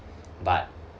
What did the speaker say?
but